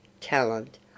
talent